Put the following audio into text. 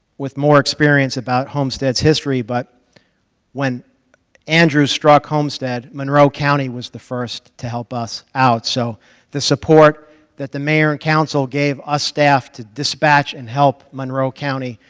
with more experience about homestead's history, but when andrew struck homestead, monroe county was the first to help us out, so the support that the mayor and council gave us staff to dispatch and help monroe county,